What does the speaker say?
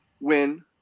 win